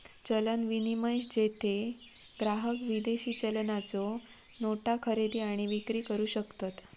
चलन विनिमय, जेथे ग्राहक विदेशी चलनाच्यो नोटा खरेदी आणि विक्री करू शकतत